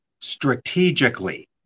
strategically